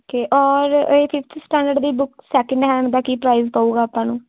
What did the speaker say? okay ਔਰ ਇਹ fifth standard ਦੀ ਬੁੱਕ ਸੈਕਿੰਡ ਹੈਂਡ ਦਾ ਕੀ ਪ੍ਰਾਈਜ਼ ਪਊਗਾ ਆਪਾਂ ਨੂੰ